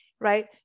Right